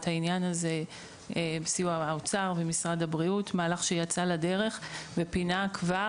העניין הזה בסיוע משרד האוצר ומשרד הבריאות מהלך שיצא לדרך ופינה כבר